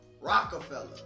Rockefeller